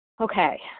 Okay